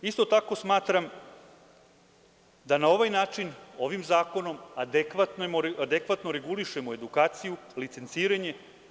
Isto tako smatram da na ovaj način, ovim zakonom adekvatno regulišemo edukaciju, licenciranje.